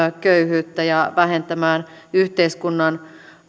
köyhyyttä ja vähentämään yhteiskunnan